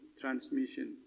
transmission